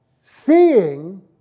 seeing